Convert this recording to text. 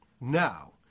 Now